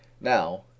now